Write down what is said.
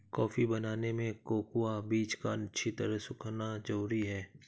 coffee बनाने में cocoa बीज का अच्छी तरह सुखना जरूरी है